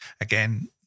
Again